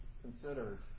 considered